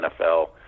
NFL